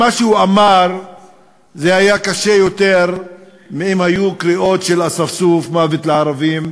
מה שהוא אמר היה קשה יותר מקריאות של אספסוף "מוות לערבים"